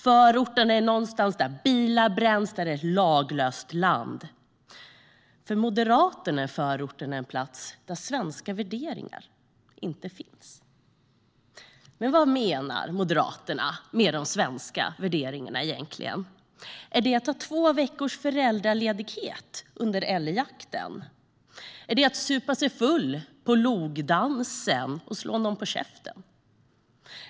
Förorten är någonstans där bilar bränns och där det är laglöst land. För Moderaterna är förorten en plats där svenska värderingar inte finns. Vad menar Moderaterna egentligen med de svenska värderingarna? Är det att ha två veckors föräldraledighet under älgjakten? Är det att supa sig full på logdansen och slå någon på käften?